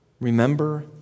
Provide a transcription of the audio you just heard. remember